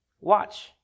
Watch